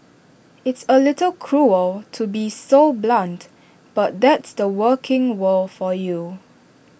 it's A little cruel to be so blunt but that's the working world for you